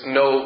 no